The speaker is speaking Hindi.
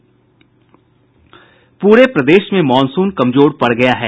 पूरे प्रदेश में मॉनसून कमजोर पड़ गया है